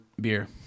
beer